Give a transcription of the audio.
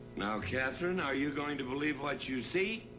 now, katherine, are you going to believe what you see.